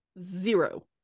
Zero